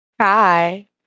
hi